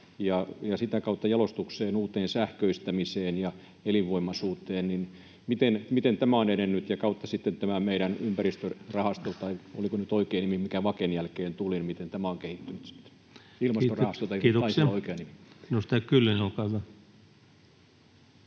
ja sitä kautta jalostukseen, uuteen sähköistämiseen ja elinvoimaisuuteen. Miten tämä on edennyt ja sitä kautta sitten tämä meidän ympäristörahastomme, tai oliko nyt oikein, mikä Vaken jälkeen tuli? Miten tämä on kehittynyt sitten? [Puhemies: